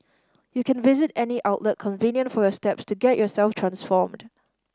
you can visit any outlet convenient for your step to get yourself transformed